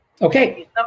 Okay